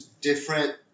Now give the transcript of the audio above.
different